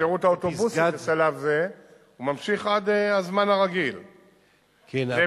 שירות האוטובוסים בשלב זה ממשיך עד הזמן הרגיל בפסגת-זאב.